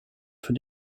für